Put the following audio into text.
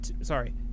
Sorry